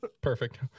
Perfect